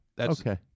Okay